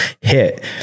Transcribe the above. hit